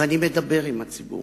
ואני מדבר עם הציבור,